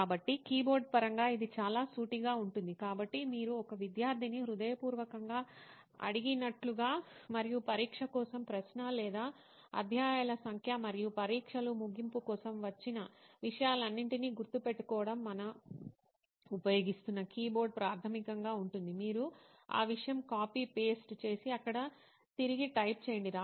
కాబట్టి కీబోర్డ్ పరంగా ఇది చాలా సూటిగా ఉంటుంది కాబట్టి మీరు ఒక విద్యార్థిని హృదయపూర్వకంగా అడిగినట్లుగా మరియు పరీక్ష కోసం ప్రశ్న లేదా అధ్యాయాల సంఖ్య మరియు పరీక్షలు ముగింపు కోసం వచ్చిన విషయాలన్నింటినీ గుర్తుపెట్టుకోవడం మనం ఉపయోగిస్తున్న కీబోర్డు ప్రాథమికంగా ఉంటుంది మీరు ఆ విషయం కాపీ పేస్ట్ copy paste చేసి అక్కడ తిరిగి టైప్ చేయండి